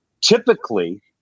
typically